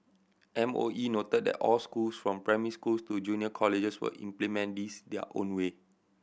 M O E noted that all schools from primary schools to junior colleges will implement this their own way